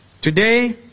Today